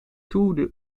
toe